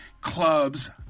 clubs